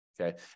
okay